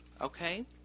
Okay